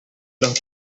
los